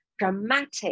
dramatic